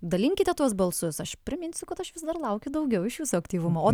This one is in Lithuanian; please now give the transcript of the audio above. dalinkite tuos balsus aš priminsiu kad aš vis dar laukiu daugiau iš jūsų aktyvumo o